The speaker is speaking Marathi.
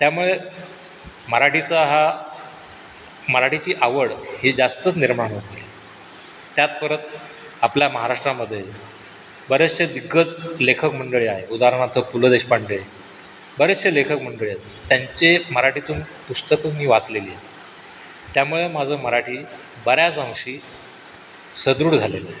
त्यामुळे मराठीचा हा मराठीची आवड ही जास्तच निर्माण होत गेली त्यात परत आपला महाराष्ट्रामध्ये बरेचसे दिग्गज लेखक मंडळी आहेत उदाहरणार्थ पु ल देशपांडे बरेचसे लेखक मंडळी आहेत त्यांचे मराठीतून पुस्तकं मी वाचलेली आहेत त्यामुळे माझं मराठी बऱ्याच अंशी सदृढ झालेलं आहे